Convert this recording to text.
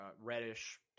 Reddish